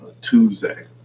Tuesday